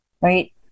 Right